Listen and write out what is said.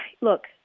look